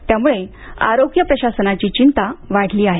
त्यामुळे आरोग्य प्रशासनाची चिंता वाढली आहे